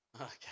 Okay